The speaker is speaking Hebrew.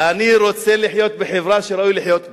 אני רוצה להיות בחברה שראוי לחיות בה,